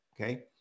Okay